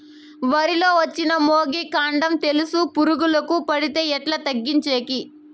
వరి లో వచ్చిన మొగి, కాండం తెలుసు పురుగుకు పడితే ఎట్లా తగ్గించేకి?